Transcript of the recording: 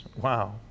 wow